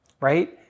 right